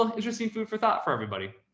ah interesting food for thought for everybody.